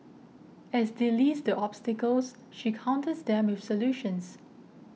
as they list the obstacles she counters them with solutions